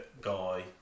Guy